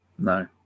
no